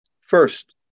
First